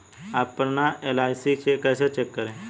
अपना एल.आई.सी कैसे चेक करें?